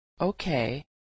Okay